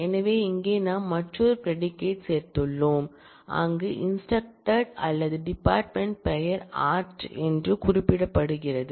எனவே இங்கே நாம் மற்றொரு ப்ரெடிகேட் சேர்த்துள்ளோம் அங்கு இன்ஸ்ட்ரக்டட் அல்லது டிபார்ட்மென்ட்பெயர் ஆர்ட் என்று குறிப்பிடுகிறது